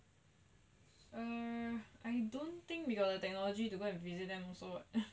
err I don't think we got the technology to go and visit them also what